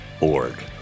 org